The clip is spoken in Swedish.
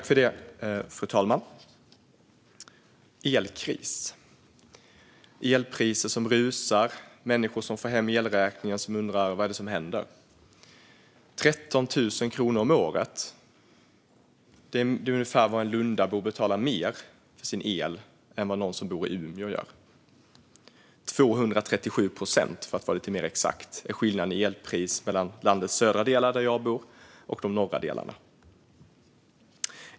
Fru talman! Elkris, elpriser som rusar och människor som när de får hem elräkningar undrar vad som händer. 13 000 kronor om året är ungefär det som en lundabo betalar mer för sin el än någon som bor i Umeå. 237 procent, för att vara lite mer exakt, är skillnaden i elpris mellan landets södra delar, där jag bor, och landets norra delar.